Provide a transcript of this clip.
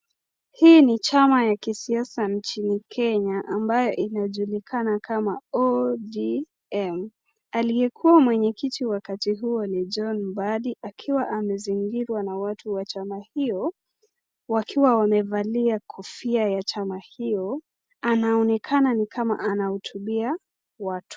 Hii ni chama ya kisiasa nchini kenya ,ambayo inajulikana kama ODM ,aliyekuwa mmwenye kiti wakati huo ni John Mbari akiwa amezingirwa na watu wa chama hio, wakiwa wamevalia kofia ya chama hiyo anaonekana nikama anahutubia watu.